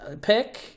pick